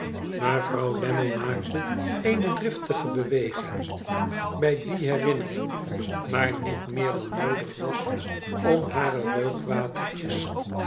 mevrouw lammie maakte eene driftige beweging bij die herinnering maar niel meer dan noodig was om hare